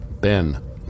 Ben